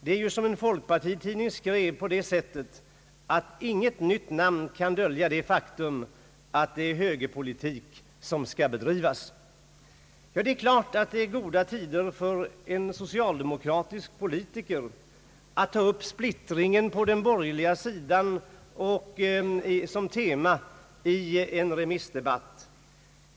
Det är, som en folkpartistisk tid ning skrev, på det sättet att inget nytt namn kan dölja det faktum att det är högerpolitik som skall drivas. Det är klart att det är goda tider för en socialdemokratisk politiker när han kan ta upp splittringen på den borgerliga sidan som tema vid en remissdebatt.